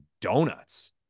donuts